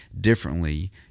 differently